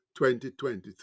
2023